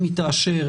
אם יאושר,